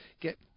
get